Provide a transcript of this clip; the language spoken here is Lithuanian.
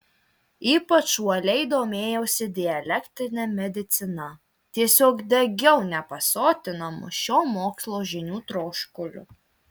ypač uoliai domėjausi dialektine medicina tiesiog degiau nepasotinamu šio mokslo žinių troškuliu